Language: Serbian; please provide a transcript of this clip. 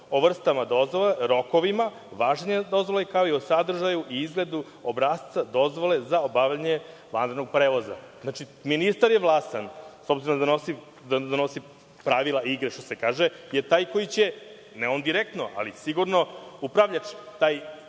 o vrstama dozvole, rokovima, važenja dozvole kao i o sadržaju i izgledu obrasca, dozvole za obavljanje vanrednog prevoza. Znači, ministar je vlastan, s obzirom da donosi pravila igre, kako se kaže, on je taj, ne direktno, ali sigurno upravljač taj